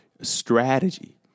strategy